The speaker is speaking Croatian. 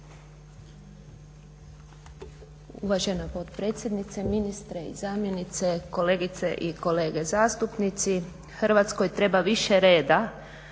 Uvažena potpredsjednice, ministre i zamjenice, kolegice i kolege zastupnici. Hrvatskoj treba više reda